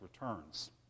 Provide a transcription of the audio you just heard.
returns